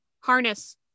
Harness